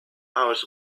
hours